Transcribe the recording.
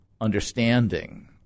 understanding